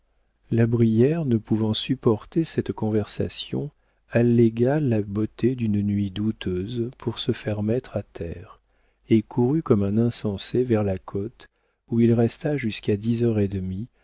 la brière ne pouvant supporter cette conversation allégua la beauté d'une nuit douteuse pour se faire mettre à terre et courut comme un insensé vers la côte où il resta jusqu'à dix heures et demie